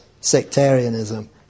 sectarianism